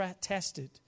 tested